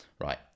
right